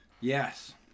Yes